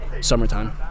summertime